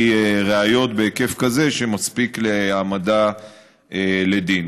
ראיות בהיקף כזה שמספיק להעמדה לדין.